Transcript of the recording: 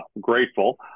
Grateful